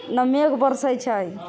नहि मेघ बरसै छै